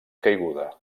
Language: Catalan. caiguda